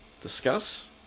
discuss